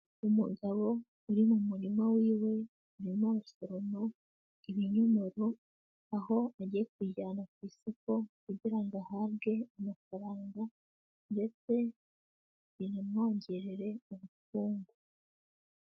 Umugabo uri mu murima wiwe, arimo arasoroma ibinyomoro, aho agiye kubijyana ku isoko kugira ngo ahabwe amafaranga ndetse binamwongerere ubukungu.